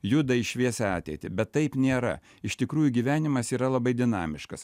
juda į šviesią ateitį bet taip nėra iš tikrųjų gyvenimas yra labai dinamiškas